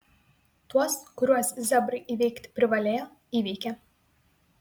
tuos kuriuos zebrai įveikti privalėjo įveikė